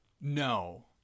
No